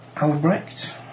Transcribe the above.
Albrecht